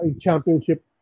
championship